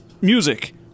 music